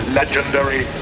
legendary